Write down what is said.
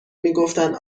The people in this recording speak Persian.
میگفتن